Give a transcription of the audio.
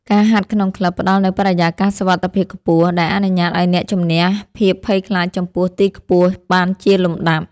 ការហាត់ក្នុងក្លឹបផ្ដល់នូវបរិយាកាសសុវត្ថិភាពខ្ពស់ ដែលអនុញ្ញាតឱ្យអ្នកជម្នះភាពភ័យខ្លាចចំពោះទីខ្ពស់បានជាលំដាប់។